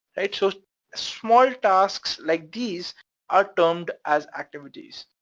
right so small tasks like these are termed as activities,